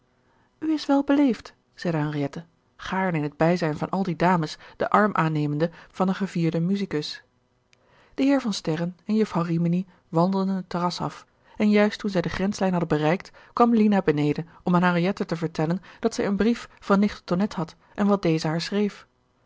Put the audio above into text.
is wel beleefd zeide henriette gaarne in het bijzijn van al die dames den arm aannemende van den gevierden musicus de heer van sterren en juffrouw rimini wandelden het terras af en juist toen zij de grenslijn hadden bereikt kwam lina beneden om aan henriette te verteilen dat zij een brief van nicht de tonnette had en wat deze haar schreef